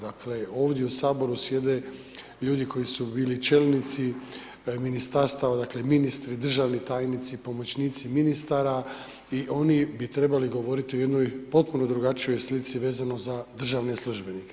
Dakle, ovdje u saboru sjede ljudi koji su bili čelnici ministarstava, dakle ministri, državni tajnici, pomoćnici ministara i oni bi trebali govorit o jednoj potpuno drugačijoj slici vezano za državne službenike.